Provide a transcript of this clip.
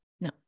No